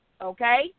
Okay